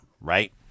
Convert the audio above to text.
right